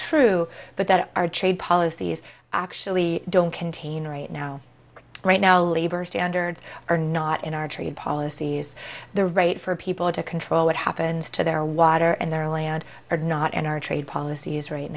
true but that our trade policies actually don't contain right now right now labor standards are not in our trade policies the right for people to control what happens to their water and their land or not and our trade policy is right